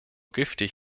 giftig